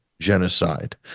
genocide